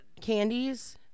candies